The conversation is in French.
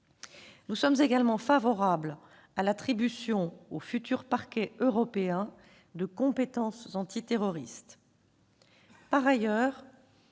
Nous sommes également favorables à l'attribution au futur parquet européen de compétences antiterroristes.